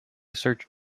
search